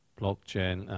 blockchain